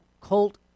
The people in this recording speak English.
colt